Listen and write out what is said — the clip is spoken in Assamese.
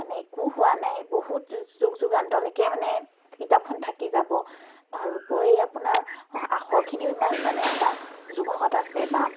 মানে একো হোৱা নাই বহুত যু যুগ যুগান্তলৈকে মানে কিতাপখন থাকি যাব তাৰ উপৰি আপোনাৰ আখৰখিনিও ইমান মানে এটা জোখত আছে বা